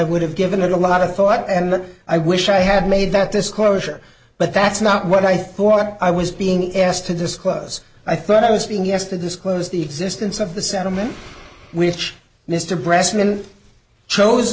would have given it a lot of thought and i wish i had made that disclosure but that's not what i thought i was being asked to disclose i thought i was being yes to disclose the existence of the settlement which mr breslin chose